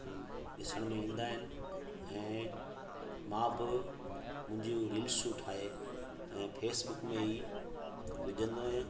ॾिसण में ईंदा आहिनि ऐं मां बि मुंहिंजूं रील्सूं ठाहे ऐं फेसबुक में ई विझंदो आहियां